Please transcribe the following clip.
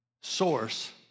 source